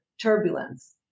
turbulence